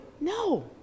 No